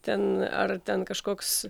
ten ar ten kažkoks